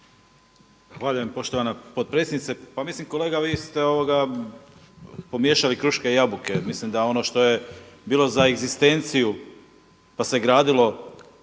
Zahvaljujem poštovana potpredsjednice. Pa mislim kolega vi ste pomiješali kruške i jabuke. Mislim da ono što je bilo za egzistenciju pa se gradilo